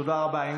תודה רבה.